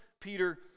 Peter